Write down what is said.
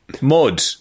mud